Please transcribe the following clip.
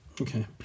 Okay